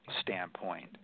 standpoint